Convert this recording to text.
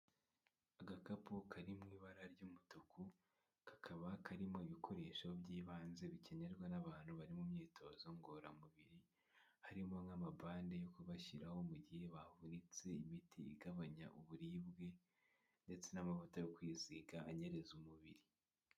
Agakapu kari mu ibara ry'umutuku kakaba karimo ibikoresho by'ibanze bikenerwa n'abantu bari mu myitozo ngororamubiri harimo nk'amabande yo kubashyiraho mu gihe bavunitse, imiti igabanya uburibwe ndetse n'amavuta yo kwisiga anyereza umubiri.